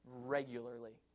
regularly